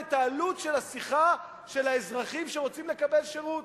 את העלות של השיחה של האזרחים שרוצים לקבל שירות.